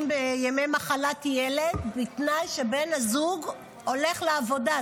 מחלת ילד בתנאי שבן הזוג הולך לעבודה.